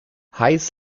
heiß